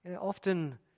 Often